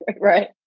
Right